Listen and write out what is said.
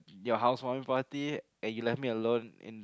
your house oneparty and you left me alone in